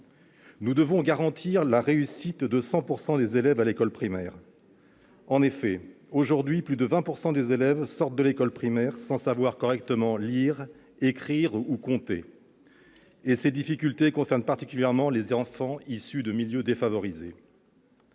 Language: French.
Nous devons garantir la réussite de 100 % des élèves à l'école primaire. En effet, aujourd'hui, plus de 20 % des élèves sortent de l'école primaire sans savoir correctement lire, écrire ou compter, et ces difficultés concernent plus particulièrement les enfants issus de milieux défavorisés.